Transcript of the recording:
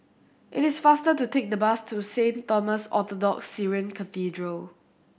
it is faster to take the bus to Saint Thomas Orthodox Syrian Cathedral